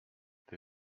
too